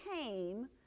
came